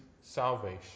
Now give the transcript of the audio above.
salvation